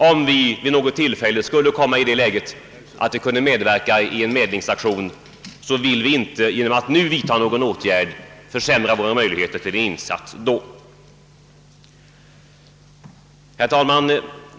Om vi vid något tillfälle skulle komma i det läget att vi kan medverka i en medlingsaktion, vill viinte genom att nu vidta någon åtgärd försämra våra möjligheter att göra en insats då. Herr talman!